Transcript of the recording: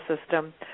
system –